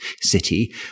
city